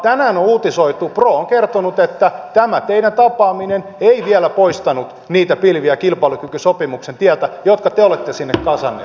tänään on uutisoitu että pro on kertonut että tämä teidän tapaamisenne ei vielä poistanut niitä pilviä kilpailukykysopimuksen tieltä jotka te olette sinne kasanneet